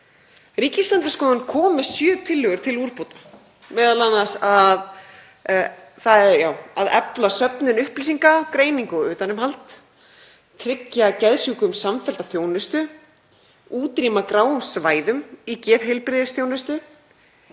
Ríkisendurskoðun kom með sjö tillögur til úrbóta, m.a. að efla ætti söfnun upplýsinga, greiningu og utanumhald, tryggja geðsjúkum samfellda þjónustu, útrýma gráum svæðum í geðheilbrigðisþjónustu,